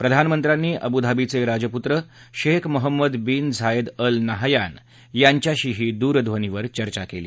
प्रधानमंत्र्यांनी अबूधाबीचे राजपुत्र Sheikh Mohammed bin Zayed Al Nahyan यांच्याशीही दूरध्वनीवर चर्चा केली